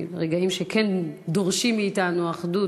רגעים שכן דורשים מאתנו אחדות,